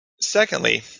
Secondly